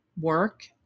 work